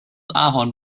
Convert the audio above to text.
ahorn